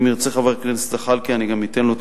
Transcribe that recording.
אם ירצה חבר הכנסת זחאלקה אני אתן לו את